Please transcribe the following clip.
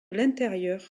l’intérieur